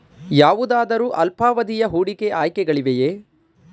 ಯಾವುದಾದರು ಅಲ್ಪಾವಧಿಯ ಹೂಡಿಕೆ ಆಯ್ಕೆಗಳಿವೆಯೇ?